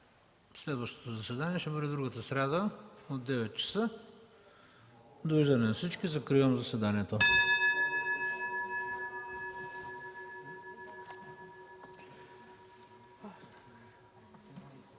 Следващото заседание ще бъде другата сряда от 9,00 ч. Довиждане на всички. Закривам заседанието.